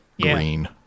green